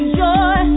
joy